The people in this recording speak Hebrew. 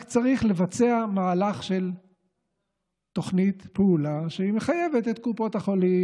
רק צריך לבצע מהלך של תוכנית פעולה שמחייבת את קופות החולים,